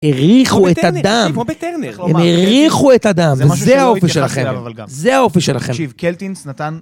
הריחו את הדם, הם הריחו את הדם. וזה האופי שלכם, זה האופי שלכם. -תקשיב, קלטינס נתן